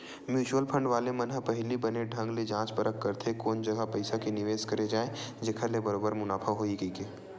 mutual fund वाले मन ह पहिली बने ढंग ले जाँच परख करथे कोन जघा पइसा के निवेस करे जाय जेखर ले बरोबर मुनाफा होही कहिके